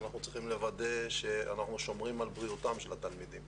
אנחנו צריכים לוודא שאנחנו שומרים על בריאותם של התלמידים.